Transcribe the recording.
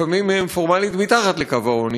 לפעמים הם פורמלית מתחת לקו העוני,